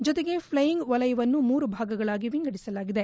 ಜತೆಗೆ ಫ್ಟೈಯಿಂಗ್ ವಲಯವನ್ನು ಮೂರು ಭಾಗಗಳಾಗಿ ವಿಂಗದಿಸಲಾಗಿದೆ